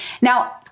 Now